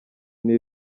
nta